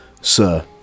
sir